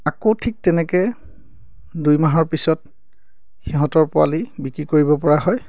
আকৌ ঠিক তেনেকে দুই মাহৰ পিছত সিহঁতৰ পোৱালি বিক্ৰী কৰিব পৰা হয়